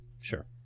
sure